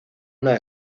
una